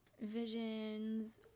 visions